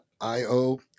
io